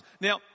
Now